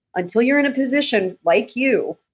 until you're in a position like you,